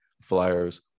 flyers